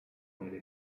nelle